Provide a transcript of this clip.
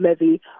levy